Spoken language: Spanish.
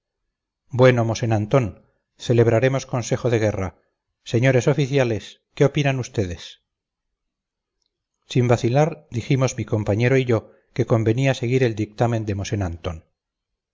dijo bueno mosén antón celebraremos consejo de guerra señores oficiales qué opinan ustedes sin vacilar dijimos mi compañero y yo que convenía seguir el dictamen de